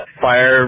fire